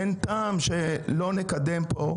אין טעם שלא נקדם פה,